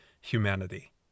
humanity